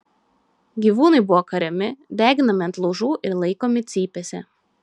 gyvūnai buvo kariami deginami ant laužų ir laikomi cypėse